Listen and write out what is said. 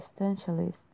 existentialist